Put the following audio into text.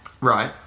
Right